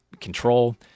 control